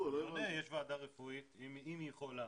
יש ועדה רפואית, אם היא חולה